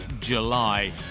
July